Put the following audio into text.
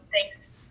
thanks